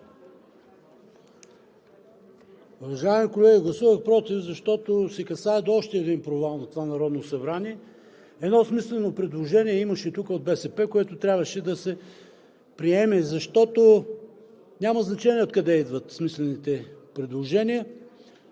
Уважаеми колеги, гласувах против, защото се касае до още един провал на това Народно събрание. Едно смислено предложение имаше тук от БСП, което трябваше да се приеме, защото няма значение откъде идват смислените предложения.